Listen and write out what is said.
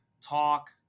talk